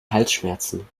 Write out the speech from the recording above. halsschmerzen